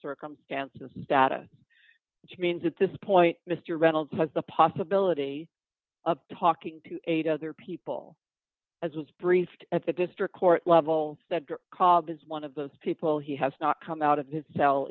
circumstances data which means at this point mr reynolds has the possibility of talking to eight other people as was briefed at the district court level that called as one of those people he has not come out of his cell